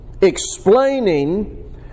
explaining